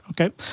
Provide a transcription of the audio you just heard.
okay